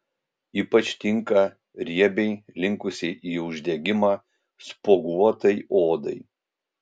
ypač tinka riebiai linkusiai į uždegimą spuoguotai odai